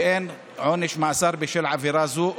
ואין עונש מאסר בשל עבירה זו,